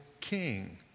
king